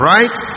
Right